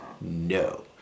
No